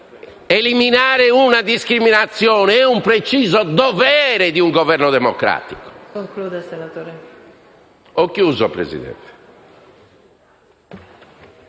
eliminare una discriminazione è un preciso dovere di un Esecutivo democratico.